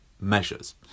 measures